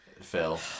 Phil